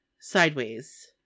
sideways